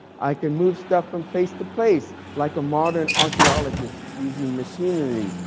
i can move stuff from place to place like a modern archaeologist using machinery.